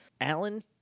Alan